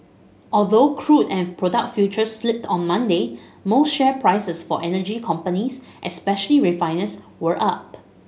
although crude and product futures slipped on Monday most share prices for energy companies especially refiners were up